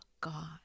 God